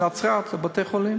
לבתי-חולים.